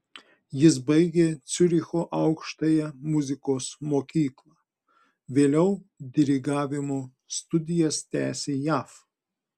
jis baigė ciuricho aukštąją muzikos mokyklą vėliau dirigavimo studijas tęsė jav